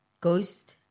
Ghost